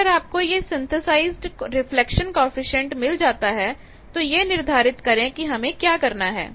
अगर आपको यह सिंथेसाइजड रिफ्लेक्शन कॉएफिशिएंट मिल जाता है तो यह निर्धारित करें कि हमें क्या करना है